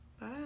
Bye